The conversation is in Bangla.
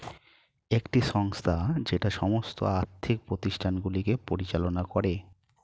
একটি সংস্থা যেটা সমস্ত আর্থিক প্রতিষ্ঠানগুলিকে পরিচালনা করে